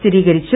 സ്ഥിരീകരിച്ചു